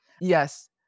Yes